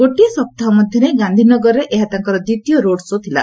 ଗୋଟିଏ ସପ୍ତାହ ମଧ୍ୟରେ ଗାନ୍ଧିନଗରରେ ଏହା ତାଙ୍କର ଦ୍ୱିତୀୟ ରୋଡ୍ ସୋ ଥିଲା